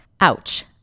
Ouch